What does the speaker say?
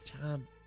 time